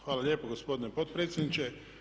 Hvala lijepo gospodine potpredsjedniče.